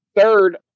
Third